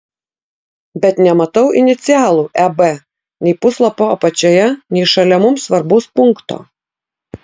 bet nematau inicialų eb nei puslapio apačioje nei šalia mums svarbaus punkto